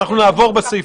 אנחנו נעבור בסעיפים.